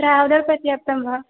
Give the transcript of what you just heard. traveller पर्याप्तं वा